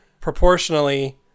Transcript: proportionally